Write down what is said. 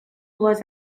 was